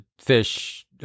fish